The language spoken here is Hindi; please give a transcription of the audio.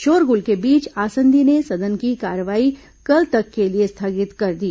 शोरगुल के बीच आसंदी ने सदन की कार्रवाही कल तक के लिए स्थगित कर दी